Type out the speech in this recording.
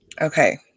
Okay